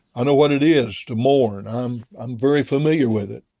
i know what it is to mourn. i'm i'm very familiar with it.